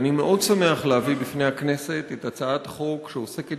אני מאוד שמח להביא בפני הכנסת את הצעת החוק שעוסקת